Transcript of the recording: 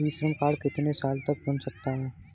ई Shram card कितने साल तक बन सकता है?